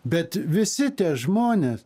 bet visi tie žmonės